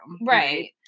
Right